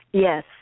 Yes